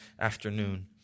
afternoon